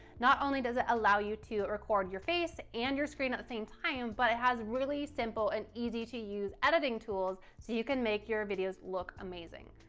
not only does it allow you to record your face and your screen at the same time, but it has really simple and easy to use editing tools so you can make your videos look amazing.